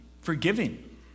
forgiving